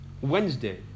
Wednesday